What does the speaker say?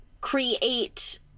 create